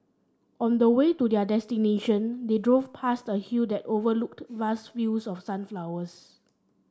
on the way to their destination they drove past a hill that overlooked vast fields of sunflowers